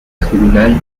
tribunal